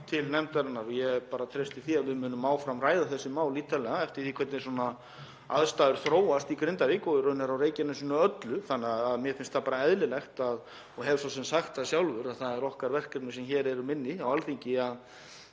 til nefndarinnar og ég treysti því að við munum áfram ræða þessi mál ítarlega eftir því hvernig aðstæður þróast í Grindavík og í raun á Reykjanesskaga öllum. Mér finnst það bara eðlilegt og hef svo sem sagt það sjálfur að það er okkar verkefni sem hér erum á Alþingi að